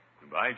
Goodbye